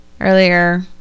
earlier